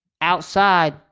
Outside